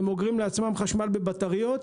הם אוגרים לעצמם חשמל בבטריות,